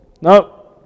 No